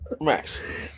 Max